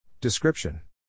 Description